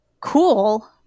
Cool